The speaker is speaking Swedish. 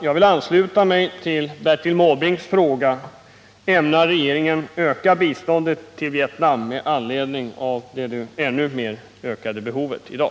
Jag vill ansluta mig till Bertil Måbrinks fråga: Ämnar regeringen öka biståndet till Vietnam med anledning av det ännu mer ökade behovet i dag?